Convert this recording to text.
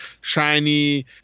shiny